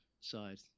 side